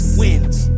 wins